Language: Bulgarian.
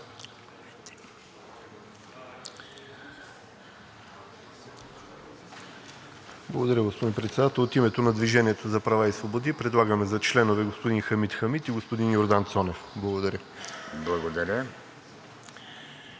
Благодаря, господин председател. От името на „Движение за права и свободи“ предлагаме за членове господин Хамид Хамид и господин Йордан Цонев. Благодаря.